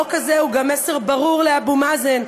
החוק הזה הוא גם מסר ברור לאבו מאזן,